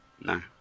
No